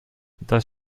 das